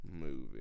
movie